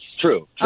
True